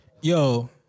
Yo